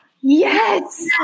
Yes